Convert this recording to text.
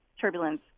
turbulence